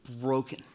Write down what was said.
broken